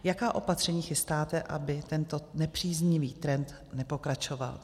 Jaká opatření chystáte, aby tento nepříznivý trend nepokračoval?